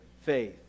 faith